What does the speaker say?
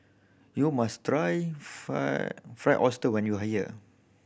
you must try fried Fried Oyster when you are here